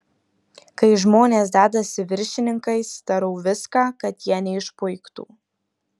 kai žmonės dedasi viršininkais darau viską kad jie neišpuiktų